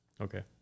Okay